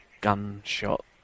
gunshot